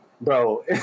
bro